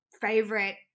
favorite